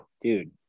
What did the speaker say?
dude